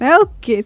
Okay